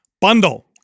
Bundle